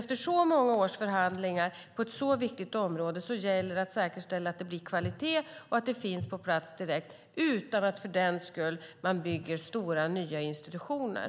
Efter så många års förhandlingar på ett så viktigt område gäller det att säkerställa att det blir kvalitet och att detta finns på plats direkt utan att man för den skull bygger stora nya institutioner.